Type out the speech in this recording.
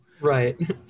Right